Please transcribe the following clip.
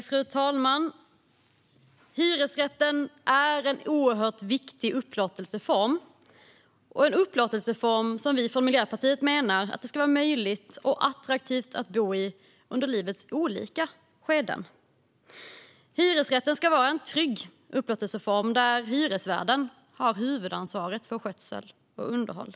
Fru talman! Hyresrätten är en oerhört viktig upplåtelseform och en upplåtelseform som vi från Miljöpartiet menar att det ska vara möjligt och attraktivt att bo i under livets olika skeden. Hyresrätten ska vara en trygg upplåtelseform där hyresvärden har huvudansvaret för skötsel och underhåll.